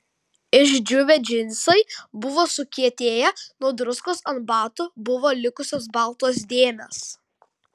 išdžiūvę džinsai buvo sukietėję nuo druskos ant batų buvo likusios baltos dėmės